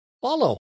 follow